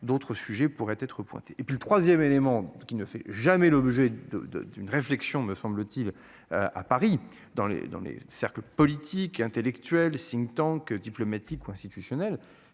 d'autres sujets pourraient être pointée et puis le 3ème élément qui ne fait jamais l'objet de de d'une réflexion me semble-t-il. À Paris, dans les, dans les cercles politiques et intellectuels think tank diplomatique ou institutionnelle,